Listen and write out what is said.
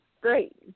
great